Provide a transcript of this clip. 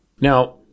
Now